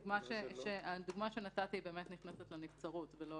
הדוגמה שנתתי באמת נכנסת לנבצרות ולא